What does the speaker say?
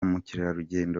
mukerarugendo